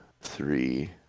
three